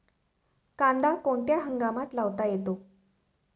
कांदा कोणत्या हंगामात लावता येतो?